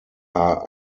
are